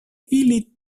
ili